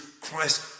Christ